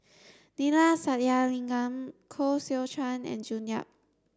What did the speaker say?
Neila Sathyalingam Koh Seow Chuan and June Yap